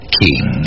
king